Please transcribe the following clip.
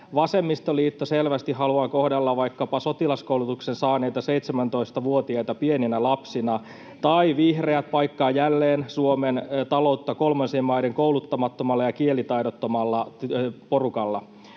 vasemmistoliitto selvästi haluaa kohdella vaikkapa sotilaskoulutuksen saaneita 17-vuotiaita pieninä lapsina tai vihreät paikkaa jälleen Suomen taloutta kolmansien maiden kouluttamattomalla ja kielitaidottomalla porukalla.